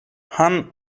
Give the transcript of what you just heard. han